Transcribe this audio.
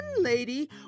lady